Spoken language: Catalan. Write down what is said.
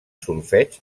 solfeig